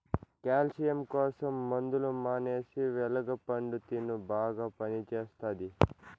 calcium కోసం మందులు మానేసి వెలగ పండు తిను బాగా పనిచేస్తది